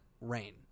rain